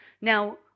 now